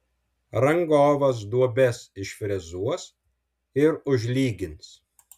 rangovas duobes išfrezuos ir užlygins